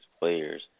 players